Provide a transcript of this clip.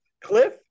Cliff